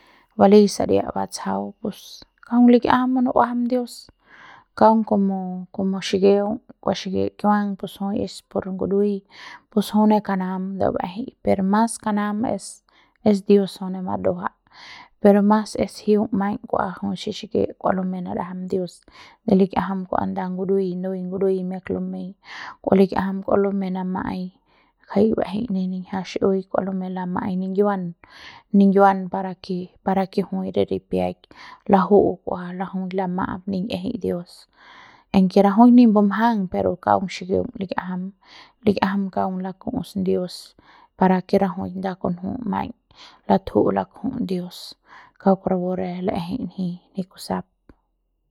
balei saria batsjau pus kaung likiajam munujuam dios kaung como como xikiung kua xiki kiuang pus jui es por ngurui pos jui ne kanam lu'ui ba'ejei per mas kanam es es dios jui ne maduaja per mas es jiung maiñ kua jui se xiki kua lumei nadajam dios de likiajam kua nda ngurui nui ngurui miak lumei kua likiajam kua lumei nama'ai jai ba'ejei ne niñja xi'iui kua lumei lamaiñ ninguian ningnuian para ke para ke jui re ripiaik laju'u kua lama'ap niñ'ieje dios aunque rajuik ni bumjang pero kaung xikiung likiajam likiajam kaung laku'us dios para ke rajuik nda kunju maiñ latju'u laku'uts dios kauk rapu re la'ejei ranji kusap.